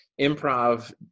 improv